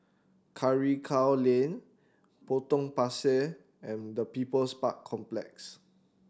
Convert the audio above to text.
Karikal Lane Potong Pasir and the People's Park Complex